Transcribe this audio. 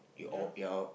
yeah